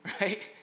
right